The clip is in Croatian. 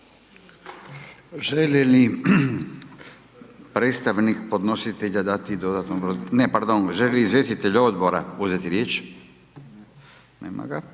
Želi li predstavnik podnositelja, ne pardon, želi li izvjestitelj odbora uzeti riječ. Nema ga.